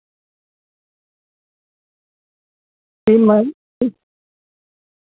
ᱛᱤᱱ ᱢᱟᱹᱭᱱᱟᱹ